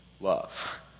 love